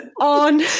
on